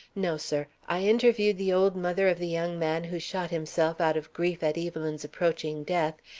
no, sir. i interviewed the old mother of the young man who shot himself out of grief at evelyn's approaching death,